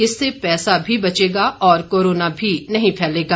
इससे पैसा भी बचेगा और कोरोना भी नहीं फैलेगा